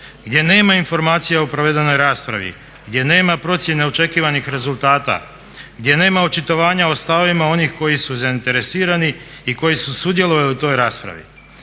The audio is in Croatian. gdje nema informacije o provedenoj raspravi, gdje nema procjene očekivanih rezultata, gdje nema očitovanja o stavovima onih koji su zainteresirani i koji su sudjelovali u toj raspravi.